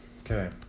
Okay